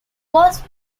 was